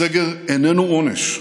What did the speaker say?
הסגר איננו עונש,